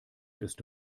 ist